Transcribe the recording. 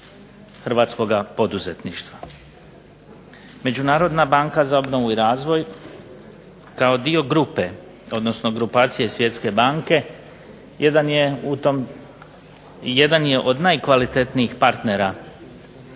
hrvatskoga poduzetništva. Međunarodna banka za obnovu i razvoj kao dio grupe odnosno grupacije Svjetske banke jedan je od najkvalitetnijih partnera kada